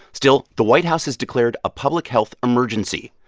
still, the white house has declared a public health emergency.